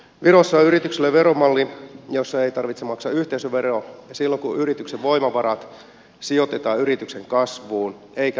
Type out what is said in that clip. virossa yrityksille on veromalli jossa ei tarvitse maksaa yhteisöveroa silloin kun yrityksen voimavarat sijoitetaan yrityksen kasvuun eikä nosteta osinkoja